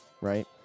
right